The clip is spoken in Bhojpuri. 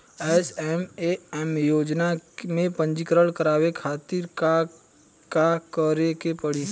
एस.एम.ए.एम योजना में पंजीकरण करावे खातिर का का करे के पड़ी?